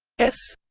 s